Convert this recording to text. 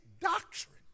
doctrine